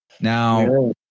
Now